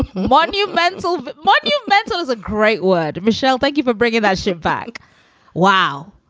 monumental, but monumental is a great word. michelle, thank you for bringing that shit back wow.